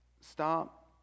stop